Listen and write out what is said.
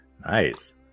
Nice